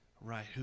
right